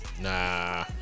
Nah